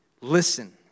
listen